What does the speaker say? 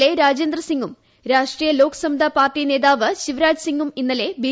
A രാജേന്ദ്രസിങ്ങും Rashtriya Lok Samta Party നേതാവ് ശിവരാജ്സിങ്ങും ഇന്നലെ ബി